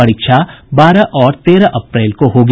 परीक्षा बारह और तेरह अप्रैल को होगी